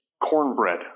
cornbread